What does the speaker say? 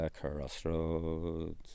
crossroads